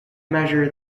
measure